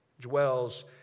dwells